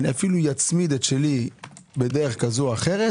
אף אצמיד את שלי בדרך כזו או אחרת